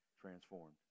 transformed